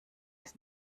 ist